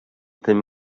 tym